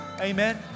amen